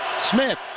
Smith